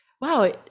wow